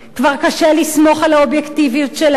כבר קשה לסמוך על האובייקטיביות שלהם.